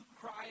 cry